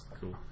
Cool